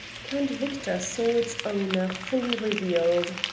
count victor saw its owner fully revealed.